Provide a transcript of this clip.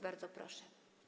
Bardzo proszę.